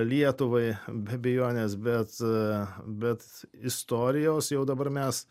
lietuvai be abejonės bet bet istorijos jau dabar mes